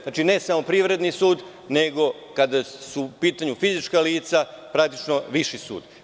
Znači, ne samo Privredni sud, nego kada su u pitanju fizička lica, praktično Viši sud.